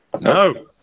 No